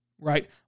right